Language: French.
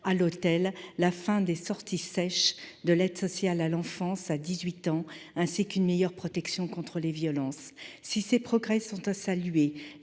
à l'hôtel, la fin des « sorties sèches » de l'aide sociale à l'enfance (ASE) à l'âge de 18 ans, ainsi qu'une meilleure protection contre les violences. Si ces progrès sont à saluer,